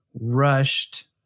rushed